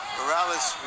Morales